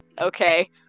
okay